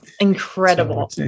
Incredible